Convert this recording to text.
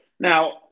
Now